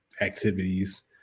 activities